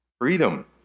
freedom